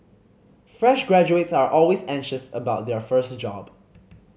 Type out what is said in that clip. fresh graduates are always anxious about their first job